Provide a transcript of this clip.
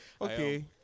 okay